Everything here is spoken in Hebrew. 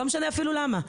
ולא משנה אפילו למה,